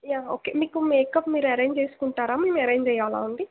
yeah okay మీకు makeup మీరు arrange చేసుకుంటారా మేము అరేంజ్ చేయాల అండి